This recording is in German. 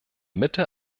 mitte